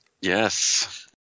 Yes